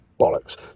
bollocks